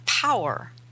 power